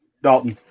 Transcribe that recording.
Dalton